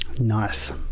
nice